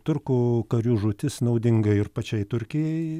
turkų karių žūtis naudinga ir pačiai turkijai